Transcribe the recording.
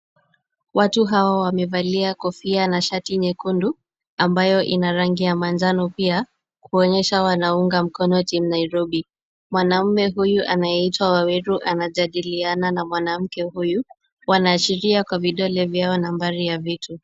Watu hawa wamevalia kofia na shati nyekundu ambayo ina rangi ya manjano pia, kuonyesha wanaunga mkono timu Nairobi. Mwanamume huyu anayeitwa Waweru anajadiliana na mwanamke huyu, wanaashiria kwa vidole vyao nambari ya vitu.